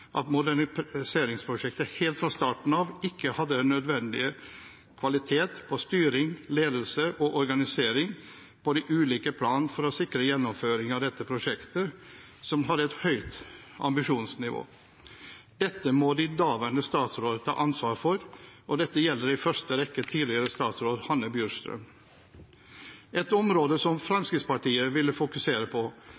at moderniseringsprosjektet helt fra starten av ikke hadde den nødvendige kvalitet og styring, ledelse og organisering på de ulike plan for å sikre gjennomføring av dette prosjektet, som hadde et høyt ambisjonsnivå. Dette må de daværende statsråder ta ansvar for, og dette gjelder i første rekke tidligere statsråd Hanne Inger Bjurstrøm. Et område som Fremskrittspartiet ville fokusere på,